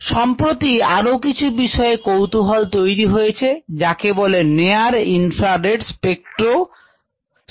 সম্প্রতি আরও কিছু বিষয়ে কৌতূহল তৈরি হয়েছে যাকে বলে near infra red spectroscopic